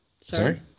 Sorry